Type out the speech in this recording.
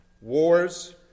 wars